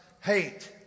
hate